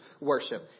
worship